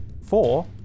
Four